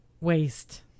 waste